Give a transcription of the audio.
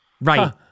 Right